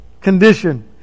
condition